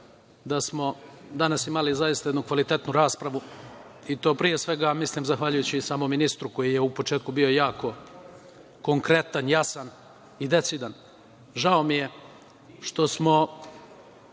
da smo danas imali zaista jednu kvalitetnu raspravu i to, pre svega, mislim zahvaljujući samom ministru koji je u početku bio jako konkretan, jasan i decidan. Žao mi je što smo